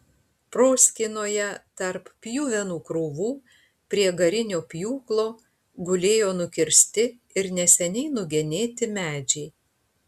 proskynoje tarp pjuvenų krūvų prie garinio pjūklo gulėjo nukirsti ir neseniai nugenėti medžiai